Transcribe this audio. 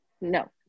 no